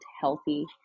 healthy